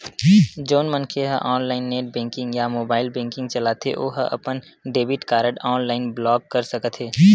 जउन मनखे ह ऑनलाईन नेट बेंकिंग या मोबाईल बेंकिंग चलाथे ओ ह अपन डेबिट कारड ऑनलाईन ब्लॉक कर सकत हे